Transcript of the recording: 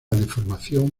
deformación